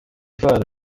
fare